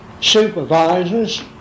supervisors